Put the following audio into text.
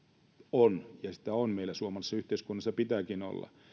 on ja sitä on meillä suomalaisessa yhteiskunnassa ja pitääkin olla